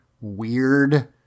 weird